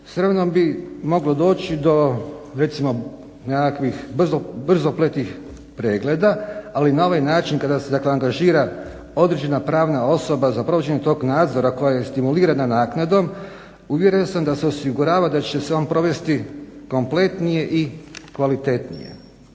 vremenom bi moglo doći do recimo nekakvih brzopletih pregleda ali na ovaj način kada se angažira određena pravna osoba za provođenje toga nadzora koja je stimulirana naknadom uvjeren sam da se osigurava da će se on provesti kompletnije i kvalitetnije.